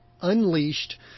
Unleashed